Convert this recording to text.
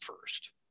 first